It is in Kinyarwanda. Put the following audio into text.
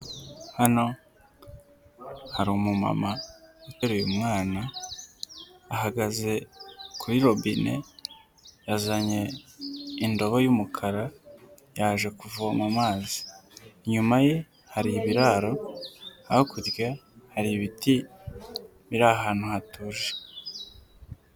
Hano hari umumama uteruye umwana, ahagaze kuri robine, yazanye indobo y'umukara, yaje kuvoma amazi, inyuma ye hari ibiraro, hakurya hari ibiti biri ahantu hatuje.